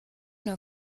nur